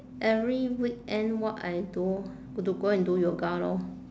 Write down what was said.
every weekend what I do to go and do yoga lor